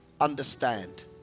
understand